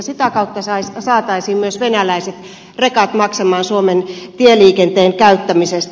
sitä kautta saataisiin myös venäläiset rekat maksamaan suomen tieliikenteen käyttämisestä